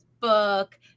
book